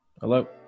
Hello